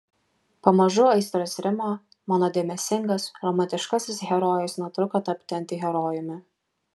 pamažu aistros rimo mano dėmesingas romantiškasis herojus netruko tapti antiherojumi